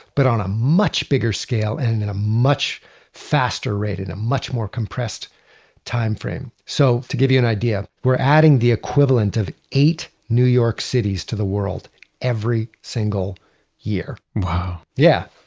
but on a much bigger scale and in a much faster rate, in a much more compressed timeframe. so to give you an idea, we're adding the equivalent of eight new york cities to the world every single year wow yeah.